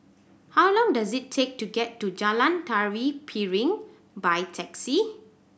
how long does it take to get to Jalan Tari Piring by taxi